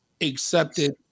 accepted